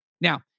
Now